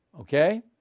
okay